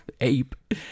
ape